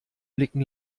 blicken